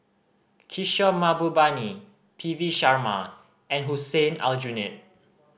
Kishore Mahbubani P V Sharma and Hussein Aljunied